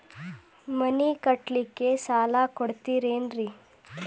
ಮನಿ ಕಟ್ಲಿಕ್ಕ ಸಾಲ ಕೊಡ್ತಾರೇನ್ರಿ?